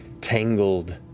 tangled